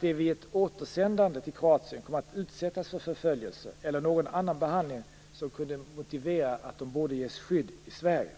personer vid ett återsändande till Kroatien kommer att utsättas för förföljelse eller någon annan behandling som kunde motivera att de borde ges skydd i Sverige.